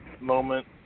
moment